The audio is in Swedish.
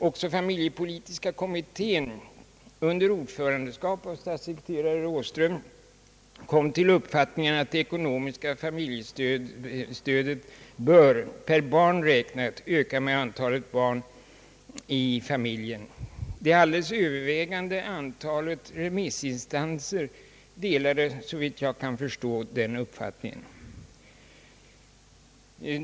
Också familjepolitiska kommit tén, under ordförandeskap av statssekreterare Åström, kom till uppfattningen att det ekonomiska familjestödet bör, per barn räknat, öka med antalet barn i familjen. Det alldeles övervägande antalet remissinstanser delade såvitt jag kan förstå den uppfattningen.